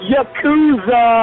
Yakuza